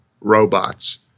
robots